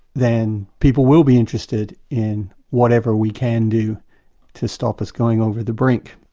then people will be interested in whatever we can do to stop us going over the brink.